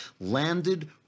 landed